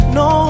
no